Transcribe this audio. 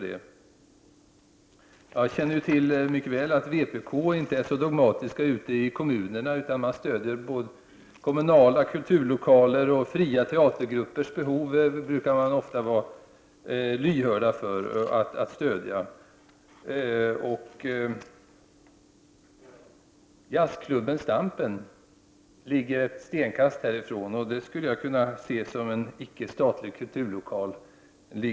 Jag känner mycket väl till att vpk inte är så dogmatiskt ute i kommunerna utan t.ex. kan stödja kommunala kulturlokaler och ofta kan vara lyhört för att stödja fria teatergruppers be hov. Jag skulle kunna se jazzklubben Stampen, som ligger bara ett stenkast härifrån, som en icke statlig kulturlokal.